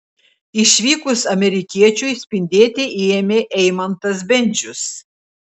išvykus amerikiečiui spindėti ėmė eimantas bendžius